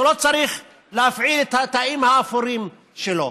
הוא לא צריך להפעיל את התאים האפורים שלו,